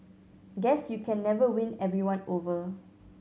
guess you can never win everyone over